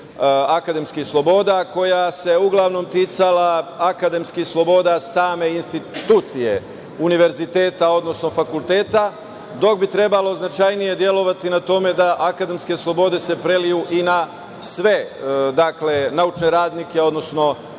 akademskih sloboda koja se uglavnom ticala akademskih sloboda same institucije univerziteta, odnosno fakulteta, dok bi trebalo značajnije delovati na tome da se akademske slobode preliju i na sve, dakle naučne radnike, odnosno